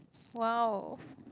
!wow!